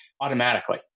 automatically